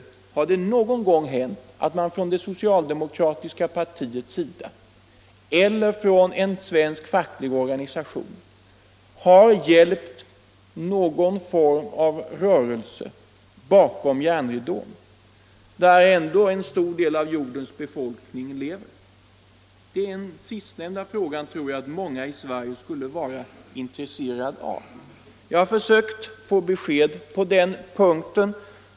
Har det någon gång hänt att man från det socialdemokratiska partiet eller från en svensk facklig organisation har hjälpt någon form av rörelse bakom järnridån, där ändå en stor del av jordens befolkning lever? Särskilt ett svar på den sista frågan tror jag att många i Sverige skulle vara intresserade av. Jag har försökt få besked på den punkten.